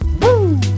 Woo